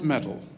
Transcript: Medal